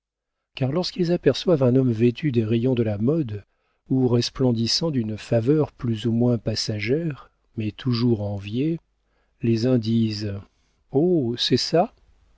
car lorsqu'ils aperçoivent un homme vêtu des rayons de la mode ou resplendissant d'une faveur plus ou moins passagère mais toujours enviée les uns disent oh c'est ça